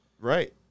Right